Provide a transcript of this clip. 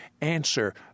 answer